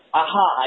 aha